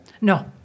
No